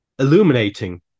illuminating